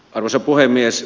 arvoisa puhemies